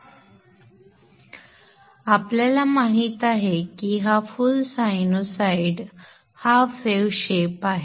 आता आपल्याला माहित आहे की हा फुल सायनसॉइडचा हाफ वेव्ह आकार आहे